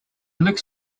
looks